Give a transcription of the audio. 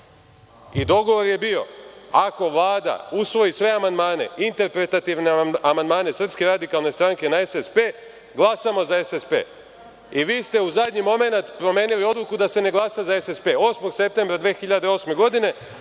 Dogovor je bio da ako Vlada usvoji sve amandmane, interpretativne amandmane SRS na SSP, glasamo za SSP. Vi ste u zadnji momenat promenili odluku da se ne glasa za SSP 8. septembra 2008. godine,